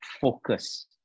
focus